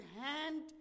hand